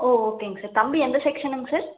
ஓ ஓகேங்க சார் தம்பி எந்த செக்ஷனுங்க சார்